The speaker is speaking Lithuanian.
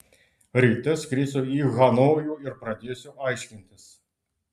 ryte skrisiu į hanojų ir pradėsiu aiškintis